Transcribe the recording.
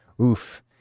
Oof